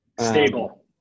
Stable